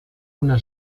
una